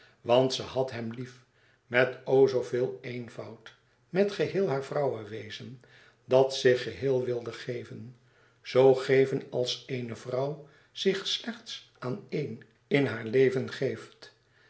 want ze had hem lief met o zooveel eenvoud met geheel haar vrouwewezen dat zich geheel wilde geven zo geven als eene vrouw zich slechts aan éen in haar leven geeft